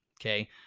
Okay